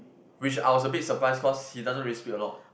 which I was a bit surprised cause he doesn't really speak a lot